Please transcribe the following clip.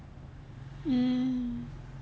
mm